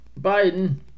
Biden